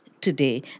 today